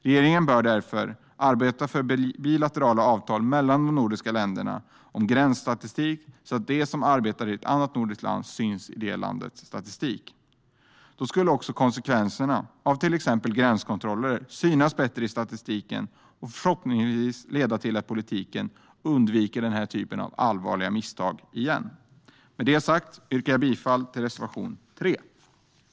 Regeringen bör därför arbeta för bilaterala avtal mellan de nordiska länderna om gränsstatistik så att de som arbetar i ett annat nordiskt land syns i det landets statistik. Då skulle också konsekvenserna av till exempel gränskontroller synas bättre i statistiken och förhoppningsvis leda till att politiken undviker den typen av allvarliga misstag igen. Jag yrkar bifall till reservation 3.